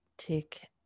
Take